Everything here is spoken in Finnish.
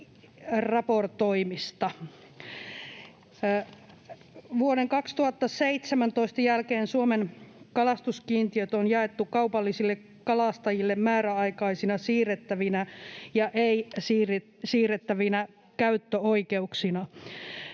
Vuoden 2017 jälkeen Suomen kalastuskiintiöt on jaettu kaupallisille kalastajille määräaikaisina siirrettävinä ja ei-siirrettävinä käyttöoikeuksina.